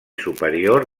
superior